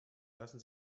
lassen